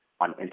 on